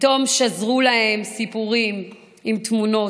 פתאום נשזרו להם סיפורים עם תמונות,